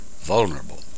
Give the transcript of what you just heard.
vulnerable